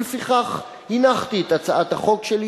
לפיכך הנחתי את הצעת החוק שלי,